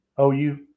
OU